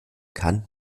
kann